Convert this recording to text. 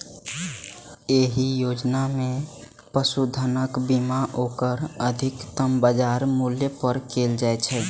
एहि योजना मे पशुधनक बीमा ओकर अधिकतम बाजार मूल्य पर कैल जाइ छै